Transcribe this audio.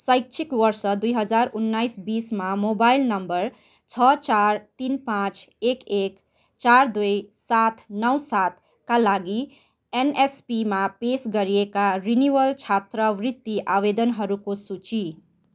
शैक्षिक वर्ष दुई हजार उन्नाइस बिसमा मोबाइल नम्बर छ चार तिन पाँच एक एक चार दुई सात नौ सातका लागि एनएसपीमा पेस गरिएका रिनिवल छात्रवृत्ति आवेदनहरूको सूची